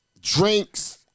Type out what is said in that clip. Drinks